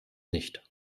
nicht